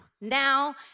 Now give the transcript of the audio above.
now